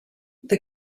the